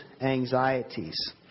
anxieties